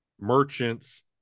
merchants